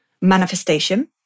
manifestation